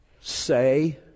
say